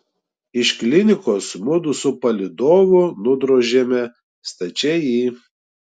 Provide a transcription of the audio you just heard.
iš klinikos mudu su palydovu nudrožėme stačiai į